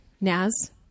Naz